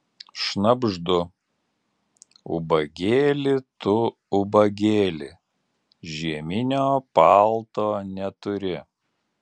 šnabždu ubagėli tu ubagėli žieminio palto neturi